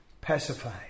pacified